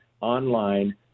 online